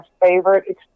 favorite